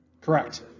Correct